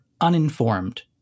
uninformed